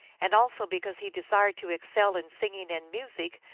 and also because he desired to excel in singing and music,